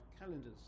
calendars